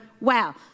wow